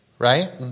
Right